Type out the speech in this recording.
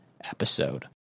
episode